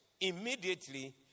immediately